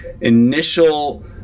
initial